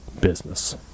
business